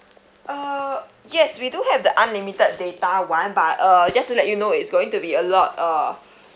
uh yes we do have the unlimited data one but uh just to let you know it's going to be a lot uh